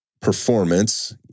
performance